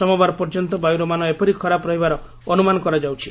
ସୋମବାର ପର୍ଯ୍ୟନ୍ତ ବାୟୁର ମାନ ଏପରି ଖରାପ ରହିବାର ଅନୁମାନ କରାଯାଉଛି